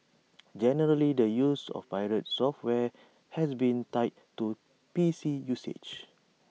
generally the use of pirated software has been tied to P C usage